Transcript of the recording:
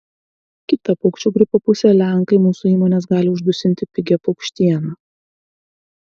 kita paukščių gripo pusė lenkai mūsų įmones gali uždusinti pigia paukštiena